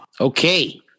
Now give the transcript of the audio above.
Okay